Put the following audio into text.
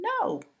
No